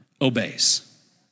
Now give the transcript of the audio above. obeys